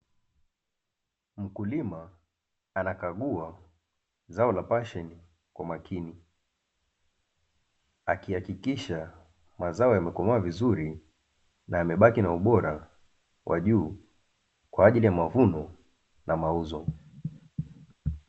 Mkulima anakagua zao la pasheni kwa umakini, akihakikisha mazao yamekomaa vizuri na yamebaki na ubora kwa juu kwa ajili ya mavuno na mauzo.